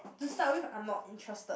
to start with I'm not interested